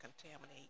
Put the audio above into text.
contaminate